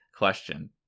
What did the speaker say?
question